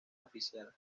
oficial